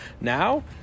Now –